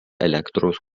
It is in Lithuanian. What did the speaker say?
elektros